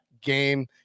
game